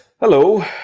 Hello